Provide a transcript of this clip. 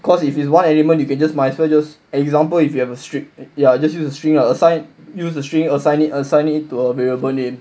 'because if is one element you can just might as well just example if you have a string ya just use a string ah use a string assign it assign it to a variable name